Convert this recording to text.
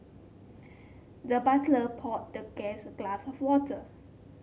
the butler poured the guest a glass of water